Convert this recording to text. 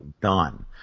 done